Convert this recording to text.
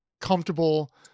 comfortable